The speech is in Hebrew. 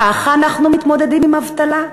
ככה אנחנו מתמודדים עם אבטלה?